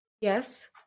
Yes